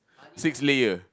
six layer